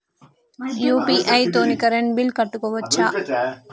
UPI తోని current bill కట్టుకోవచ్ఛా?